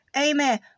Amen